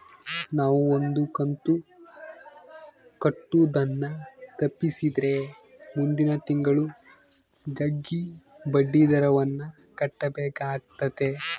ನಾವು ಒಂದು ಕಂತು ಕಟ್ಟುದನ್ನ ತಪ್ಪಿಸಿದ್ರೆ ಮುಂದಿನ ತಿಂಗಳು ಜಗ್ಗಿ ಬಡ್ಡಿದರವನ್ನ ಕಟ್ಟಬೇಕಾತತೆ